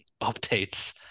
updates